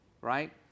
right